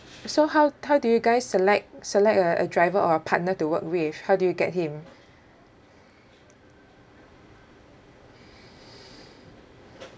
so how how do you guys select select a a driver or partner to work with how do you get him